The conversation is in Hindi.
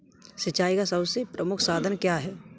सिंचाई का सबसे प्रमुख साधन क्या है?